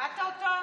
קראת אותו?